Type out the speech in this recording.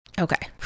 Okay